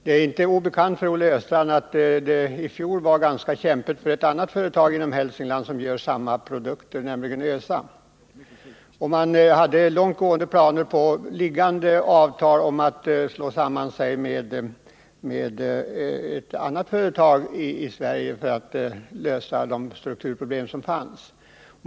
Det är inte obekant för Olle Östrand att det i fjol var ganska kämpigt för ett annat företag i Hälsingland som gör samma typ av produkter, nämligen ÖSA. Man hade långtgående planer — t.o.m. förslag till avtal — på att slå sig samman med ett annat företag i Sverige för att lösa de strukturproblem som fanns.